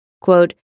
Quote